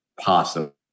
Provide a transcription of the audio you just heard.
possible